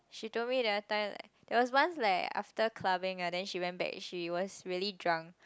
she told me the other time like there was once like after clubbing ah she went back and she was really drunk